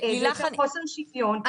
זה יוצר חוסר שוויון.